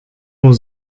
nur